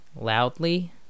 loudly